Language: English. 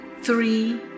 three